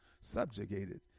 subjugated